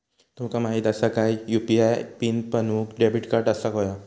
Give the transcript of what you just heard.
तुमका माहित असा काय की यू.पी.आय पीन बनवूक डेबिट कार्ड असाक व्हयो